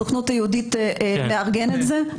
הסוכנות היהודית מארגנת את זה.